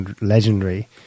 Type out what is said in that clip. legendary